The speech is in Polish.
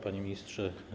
Panie Ministrze!